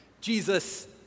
Jesus